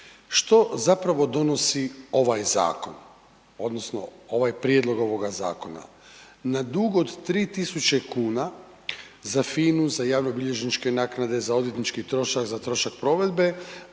Što zapravo donosi ovaj zakon, odnosno ovaj prijedlog ovoga zakona? Na dug od 3 tisuće kuna, za FINA-u, za javnobilježničke naknade, za odvjetnički trošak, za trošak provedbe,